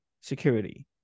security